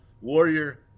Warrior